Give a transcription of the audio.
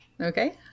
Okay